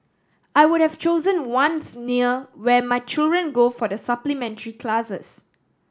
I would have chosen ones near where my children go for the supplementary classes